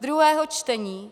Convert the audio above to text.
druhého čtení.